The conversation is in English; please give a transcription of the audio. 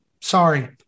Sorry